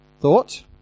Thought